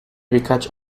birkaç